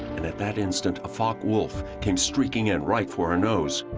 and at that instant, a focke-wulf came streaking in right for our nose.